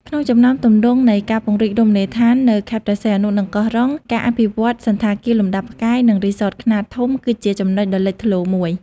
ក្នុងចំណោមទម្រង់នៃការពង្រីករមណីយដ្ឋាននៅខេត្តព្រះសីហនុ និងកោះរ៉ុង ការអភិវឌ្ឍ សណ្ឋាគារលំដាប់ផ្កាយ និង រីសតខ្នាតធំ គឺជាចំណុចដ៏លេចធ្លោមួយ។